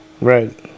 Right